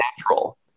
natural